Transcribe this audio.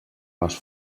les